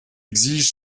exigent